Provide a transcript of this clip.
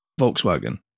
Volkswagen